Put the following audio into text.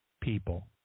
people